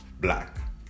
Black